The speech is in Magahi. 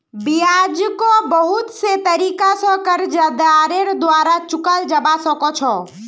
ब्याजको बहुत से तरीका स कर्जदारेर द्वारा चुकाल जबा सक छ